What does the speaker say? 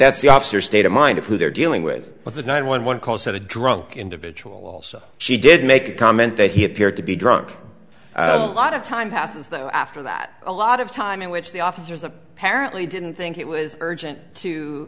that's the officer state of mind who they're dealing with with the nine one one calls that a drunk individual also she did make a comment that he appeared to be drunk a lot of time passes after that a lot of time in which the officers apparently didn't think it was urgent to